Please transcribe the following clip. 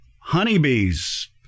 honeybees